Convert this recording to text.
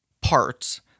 parts